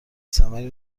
ثمری